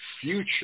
future